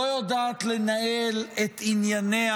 לא יודעת לנהל את ענייניה.